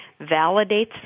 validates